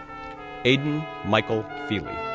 aidan michael philie,